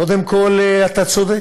קודם כול, אתה צודק.